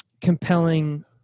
compelling